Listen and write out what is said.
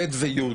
ח' ו-י'